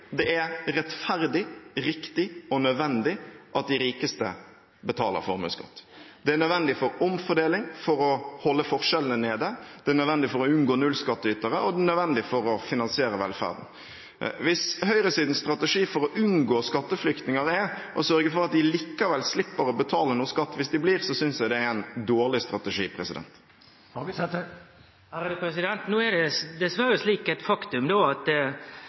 det er rettferdig, riktig og nødvendig at de rikeste betaler formuesskatt. Det er nødvendig for omfordeling, for å holde forskjellene nede, det er nødvendig for å unngå nullskattytere, og det er nødvendig for å finansiere velferden. Hvis høyresidens strategi for å unngå skatteflyktningene er å sørge for at de likevel slipper å betale noe skatt hvis de blir, synes jeg det er en dårlig strategi. Det er dessverre eit faktum at vi har særnorske skattar. Formuesskatten er ein særnorsk skatt, og det gjer at